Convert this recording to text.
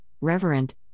reverent